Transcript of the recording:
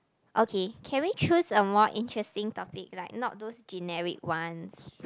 okay can we choose a more interesting topic like not those generic ones